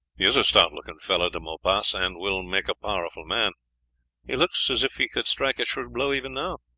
he is a stout-looking fellow, de maupas, and will make a powerful man he looks as if he could strike a shrewd blow even now.